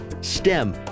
STEM